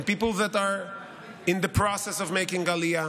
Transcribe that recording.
And people that are in the process of making Aliyah,